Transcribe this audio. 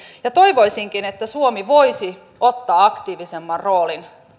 toivoisinkin että suomi voisi ottaa aktiivisemman roolin